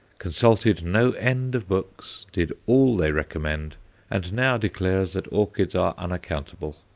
consulted no end of books, did all they recommend and now declares that orchids are unaccountable.